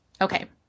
Okay